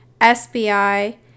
SBI